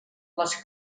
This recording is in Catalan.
les